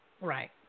Right